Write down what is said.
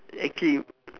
actually